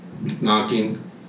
knocking